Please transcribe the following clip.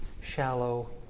shallow